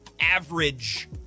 average